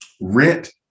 rent